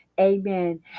Amen